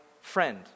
friend